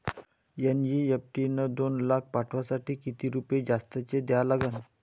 NEFT न दोन लाख पाठवासाठी किती रुपये जास्तचे द्या लागन?